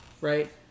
right